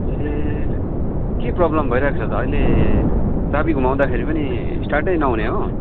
ए के प्रब्लम भइरहेको छ त अहिले चाबी घुमाउँदाखेरि पनि स्टार्टै नहुने हो